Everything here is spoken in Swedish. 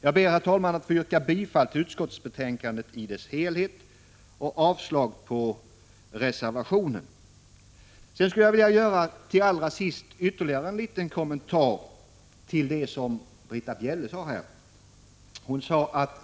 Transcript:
Jag ber, herr talman, att få yrka bifall till utskottets hemställan i dess helhet och avslag på reservationen. Jag vill allra sist göra en liten kommentar till det som Britta Bjelle här sade.